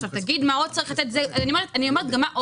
תגיד מה עוד צריך לתת, אני אומרת גם מה עוד.